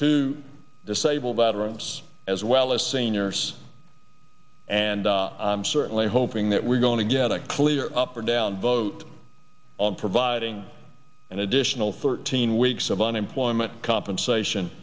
to disabled veterans as well as seniors and i'm certainly hoping that we're going to get a clear up or down vote on providing an additional thirteen weeks of unemployment compensation